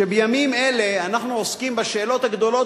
שבימים אלה אנחנו עוסקים בשאלות הגדולות,